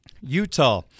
Utah